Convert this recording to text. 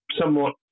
somewhat